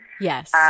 Yes